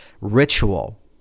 ritual